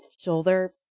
shoulder